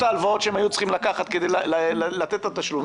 ההלוואות שהיו צריכים לקחת כדי לתת את התשלום.